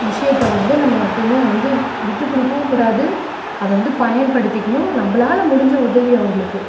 விஷயத்த வந்து நம்ம எப்போயுமே வந்து விட்டு கொடுக்கவும் கூடாது அதை வந்து பயன்படுத்திக்கணும் நம்மளால முடிஞ்ச உதவியை அவங்களுக்கு